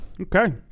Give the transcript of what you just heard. Okay